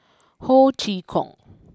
Ho Chee Kong